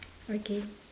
okay